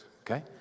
Okay